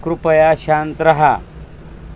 कृपया शांत रहा